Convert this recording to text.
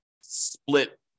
split